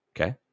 okay